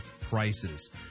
prices